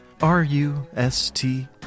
R-U-S-T